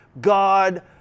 God